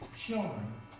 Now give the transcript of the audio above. Children